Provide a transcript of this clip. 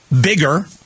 bigger